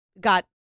got